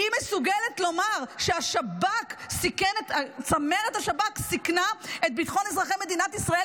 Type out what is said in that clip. היא מסוגלת לומר שצמרת השב"כ סיכנה את ביטחון אזרחי מדינת ישראל